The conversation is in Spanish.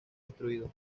destruido